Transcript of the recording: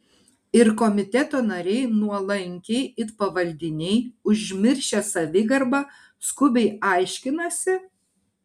ir komiteto nariai nuolankiai it pavaldiniai užmiršę savigarbą skubiai aiškinasi